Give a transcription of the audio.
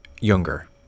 younger